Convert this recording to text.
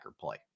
play